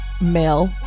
male